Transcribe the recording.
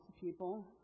people